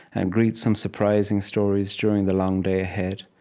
and greet some surprising stories during the long day ahead.